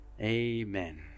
Amen